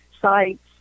sites